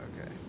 okay